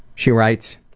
she writes,